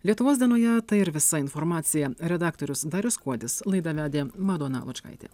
lietuvos dienoje tai ir visa informacija redaktorius darius kuodis laidą vedė madona lučkaitė